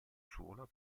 suo